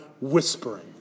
whispering